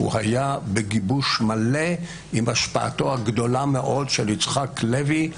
הוא היה בגיבוש מלא ועם השפעתו הגדולה מאוד של יצחק לוי,